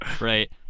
right